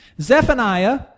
Zephaniah